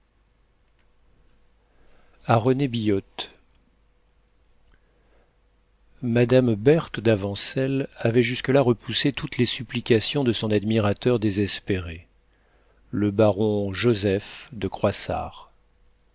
rené billotte mme berthe d'avancelles avait jusque-là repoussé toutes les supplications de son admirateur désespéré le baron joseph de croissard